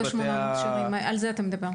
28 מכשירים, על זה אתה מדבר.